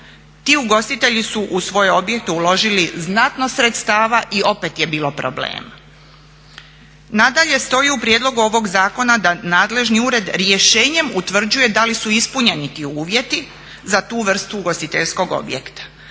Ti ugostitelji su u svoje objekte uložili znatno sredstava i opet je bilo problema. Nadalje stoji u prijedlogu ovog zakona da nadležni ured rješenjem utvrđuje da li su ispunjeni ti uvjeti za tu vrstu ugostiteljskog objekta,